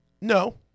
No